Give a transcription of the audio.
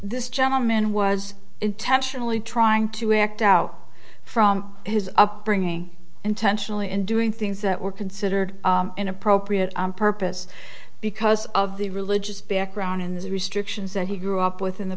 this gentleman was intentionally trying to act out from his upbringing intentionally and doing things that were considered inappropriate on purpose because of the religious background and the restrictions that he grew up within the